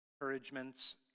encouragements